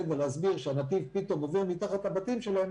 ולהסביר שהנתיב פתאום עובר מתחת הבתים שלהם